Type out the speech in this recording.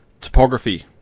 Topography